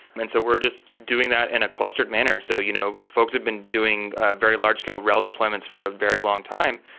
and so we're just doing that in a clustered manner. so you know folks have been doing very large-scale rail deployments for a very long time.